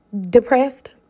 depressed